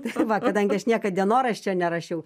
tai va kadangi aš niekad dienoraščio nerašiau